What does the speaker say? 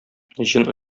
җен